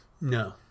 no